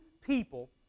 people